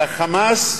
שה"חמאס"